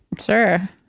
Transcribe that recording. Sure